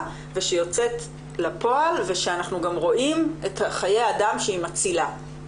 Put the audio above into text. ושיוצאת לפועל ושאנחנו גם רואים את חיי האדם שהיא מצילה,